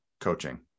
coaching